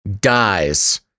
dies